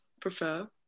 prefer